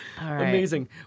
Amazing